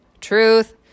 Truth